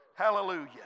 Hallelujah